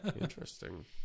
Interesting